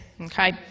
Okay